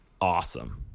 awesome